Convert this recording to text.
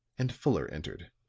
and fuller entered.